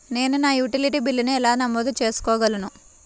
నేను నా యుటిలిటీ బిల్లులను ఎలా నమోదు చేసుకోగలను?